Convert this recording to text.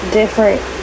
different